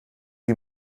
wie